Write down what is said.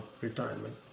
retirement